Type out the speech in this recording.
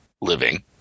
living